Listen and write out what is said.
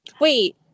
Wait